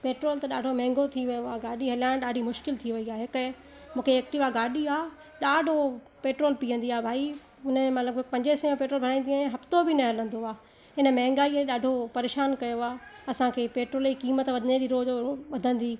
petrol त ॾाढो महांगो थी वियो आहे गाॾी हलाइण ॾाढी मुश्किलु थी वई आहे कंहिं मूंखे एक्टिवा गाॾी आहे ॾाढो पेट्रोल पीअंदी आहे भाई उन में मां पंजे सै जो पेट्रोल भराईंदी आहियां त बि न हलंदो आहे हिन महांगाई ने ॾाढो परेशानु कयो आहे असांखे पेट्रोल जी क़ीमत वधने जे रोज वधंदी